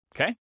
okay